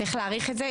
צריך להאריך את זה.